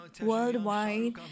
worldwide